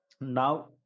Now